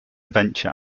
venture